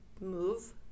move